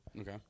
Okay